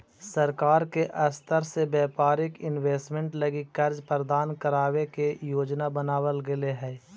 सरकार के स्तर से व्यापारिक इन्वेस्टमेंट लगी कर्ज प्रदान करावे के योजना बनावल गेले हई